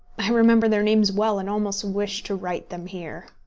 i remember their names well, and almost wish to write them here.